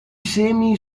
semi